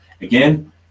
again